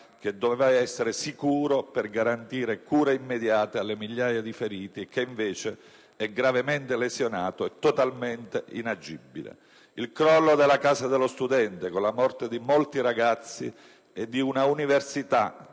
che doveva essere sicuro per garantire cure immediate alle migliaia di feriti, e che invece è gravemente lesionato e totalmente inagibile; il crollo della Casa dello studente, con la morte di molti ragazzi e di una università